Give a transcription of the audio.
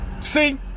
See